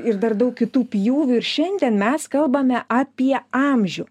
ir dar daug kitų pjūvių ir šiandien mes kalbame apie amžių